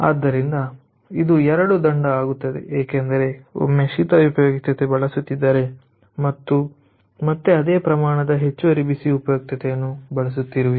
ಆದ್ದರಿಂದ ಇದು ಎರಡು ದಂಡ ಆಗುತ್ತದೆ ಏಕೆಂದರೆ ಒಮ್ಮೆ ಶೀತ ಉಪಯುಕ್ತತೆ ಬಳಸುತ್ತಿದ್ದರೆ ಮತ್ತು ಮತ್ತೆ ಅದೇ ಪ್ರಮಾಣದ ಹೆಚ್ಚುವರಿ ಬಿಸಿ ಉಪಯುಕ್ತತೆಯನ್ನು ಬಳಸುತ್ತಿರುವಿರಿ